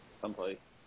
someplace